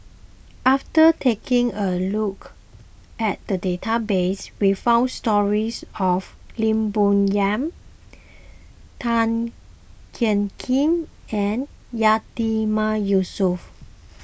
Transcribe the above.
after taking a look at the database we found stories of Lim Bo Yam Tan Jiak Kim and Yatiman Yusof